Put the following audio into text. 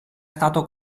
stato